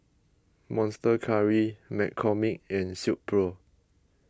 Monster Curry McCormick and Silkpro